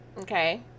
Okay